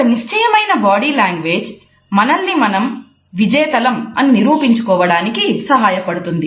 ఒక నిశ్చయమైన body language మనల్ని మనం విజేతలం అని నిరూపించుకోవడానికి సహాయపడుతుంది